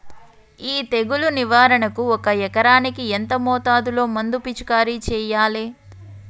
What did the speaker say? ఈ తెగులు నివారణకు ఒక ఎకరానికి ఎంత మోతాదులో మందు పిచికారీ చెయ్యాలే?